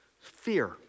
fear